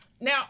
Now